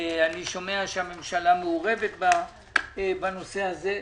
אני שומע שהממשלה מעורבת בנושא הזה.